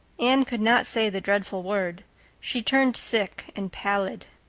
anne could not say the dreadful word she turned sick and pallid.